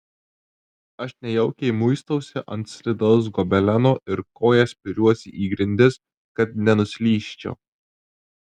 aš nejaukiai muistausi ant slidaus gobeleno ir koja spiriuosi į grindis kad nenuslysčiau